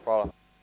Hvala.